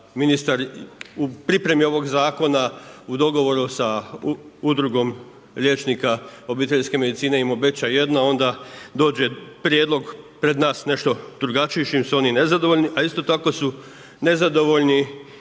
ministar u pripremi ovog zakona u dogovoru sa udrugom liječnika obiteljske medicine im obeća jedno a onda dođe prijedlog pred nas nešto drugačiji s čim su oni nezadovoljni a isto tako su nezadovoljni